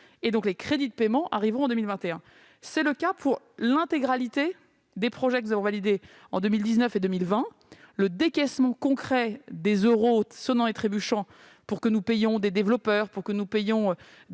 ; les crédits de paiement arriveront donc en 2021. C'est le cas pour l'intégralité des projets que nous avons validés en 2019 et 2020. Le décaissement concret des euros sonnants et trébuchants, pour que nous payions des développeurs, pour que nous payions du